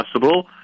possible